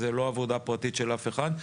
זו לא עבודה פרטית של אף אחד.